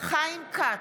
חיים כץ,